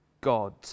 god